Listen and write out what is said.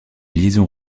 liaisons